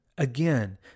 Again